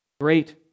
great